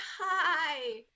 hi